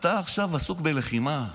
אתה עכשיו עסוק בלחימה.